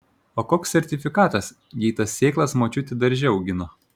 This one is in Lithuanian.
o koks sertifikatas jei tas sėklas močiutė darže augino